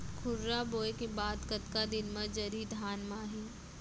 खुर्रा बोए के बाद कतका दिन म जरी धान म आही?